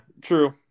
True